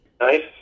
Nice